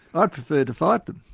i prefer to fight them.